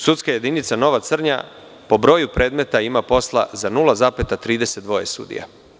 Sudska jedinica Nova Crnja po broju predmeta ima posla za 0,32 sudija.